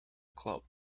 club